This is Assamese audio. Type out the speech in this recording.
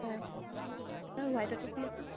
হয় হোৱাইটতে